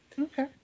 Okay